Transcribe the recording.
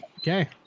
Okay